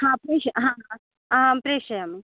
हा प्रेष हा ह अहं प्रेषयामि